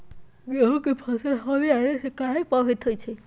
गेंहू के फसल हव आने से काहे पभवित होई छई?